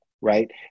right